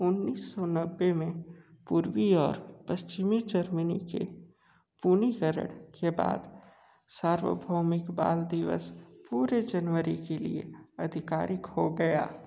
उन्नीस सौ नब्बे मे पूर्वी और पश्चिमी जर्मनी के पुनरीकरण के बाद सार्वभौमिक बाल दिवस पूरे जनवरी के लिए आधिकारिक हो गया